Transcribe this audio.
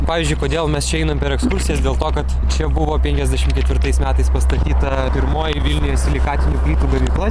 pavyzdžiui kodėl mes čia einam per ekskursijas dėl to kad čia buvo penkiasdešimt ketvirtais metais pastatyta pirmoji vilniuje silikatinių plytų gamykla